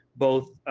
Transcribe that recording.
both